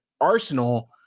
arsenal